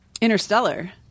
Interstellar